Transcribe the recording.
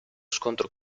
scontro